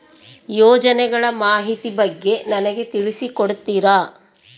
ಯೋಜನೆಗಳ ಮಾಹಿತಿ ಬಗ್ಗೆ ನನಗೆ ತಿಳಿಸಿ ಕೊಡ್ತೇರಾ?